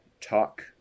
talk